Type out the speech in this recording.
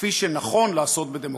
כפי שנכון לעשות בדמוקרטיה.